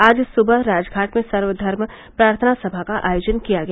आज सुबह राजधाट में सर्वघर्म प्रार्थना सभा का आयोजन किया गया